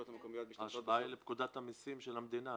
ההשוואה היא לפקודת המסים של המדינה,